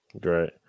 great